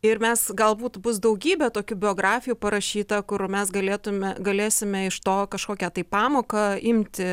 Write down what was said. ir mes galbūt bus daugybė tokių biografijų parašyta kur mes galėtume galėsime iš to kažkokią tai pamoką imti